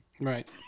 right